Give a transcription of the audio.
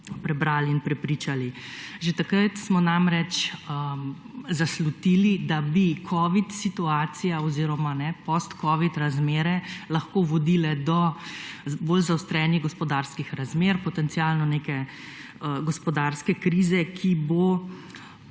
prebrali in prepričali. Že takrat smo namreč zaslutili, da bi Covid situacija oziroma post Covid razmere lahko vodile do bolj zaostrenih gospodarskih razmer, potencialno neke gospodarske krize, ki bo